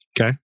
Okay